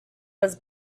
was